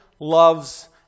loves